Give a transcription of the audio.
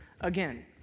again